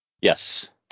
Yes